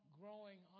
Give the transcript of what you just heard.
growing